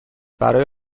برای